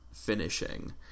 finishing